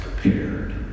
prepared